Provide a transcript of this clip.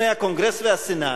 לפני הקונגרס והסנאט,